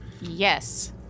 Yes